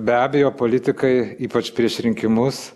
be abejo politikai ypač prieš rinkimus